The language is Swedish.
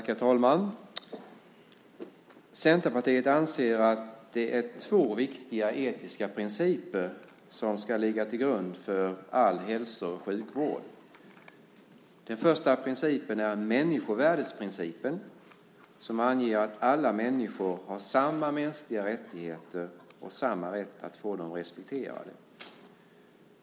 Herr talman! Centerpartiet anser att två viktiga etiska principer ska ligga till grund för all hälso och sjukvård. Den första principen är människovärdesprincipen som anger att alla människor har samma mänskliga rättigheter och samma rätt att få dem respekterade.